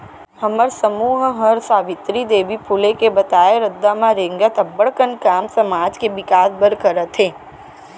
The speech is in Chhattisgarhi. हमर समूह हर सावित्री देवी फूले के बताए रद्दा म रेंगत अब्बड़ कन काम समाज के बिकास बर करत हे